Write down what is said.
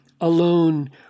alone